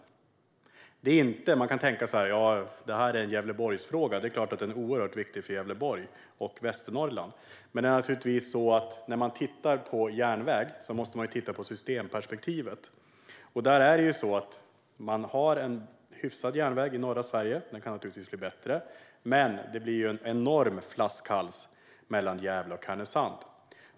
Detta är inte, som man kan tänka, en Gävleborgsfråga. Det är klart att den är oerhört viktig för Gävleborg och Västernorrland, men när man tittar på järnväg måste man se på systemperspektivet. Man har en hyfsad järnväg i norra Sverige, även om den naturligtvis kan bli bättre, men det blir en enorm flaskhals mellan Gävle och Härnösand.